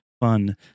fun